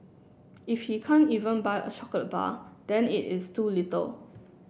if he can't even buy a chocolate bar then it is too little